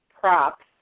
props